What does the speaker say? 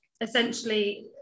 essentially